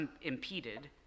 impeded